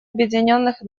объединенных